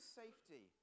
safety